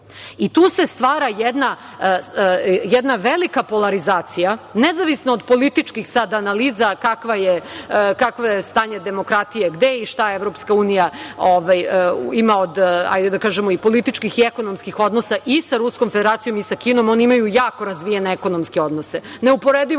Tu se stvara jedna velika polarizacija, nezavisno od političkih analiza, kakvo je stanje demokratije, gde je i šta EU ima od političkih i ekonomskih odnosa i sa Ruskom Federacijom i sa Kinom. Oni imaju jako razvijene ekonomske odnose, neuporedivo